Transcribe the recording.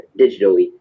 digitally